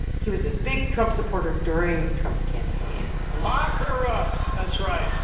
he was this big trump supporter during trump's campaign lock her up. that's right